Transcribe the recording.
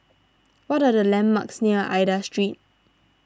what are the landmarks near Aida Street